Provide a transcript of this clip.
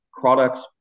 products